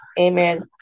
Amen